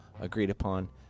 agreed-upon